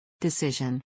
Decision